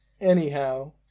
Anyhow